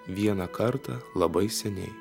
vieną kartą labai seniai